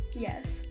Yes